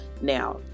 Now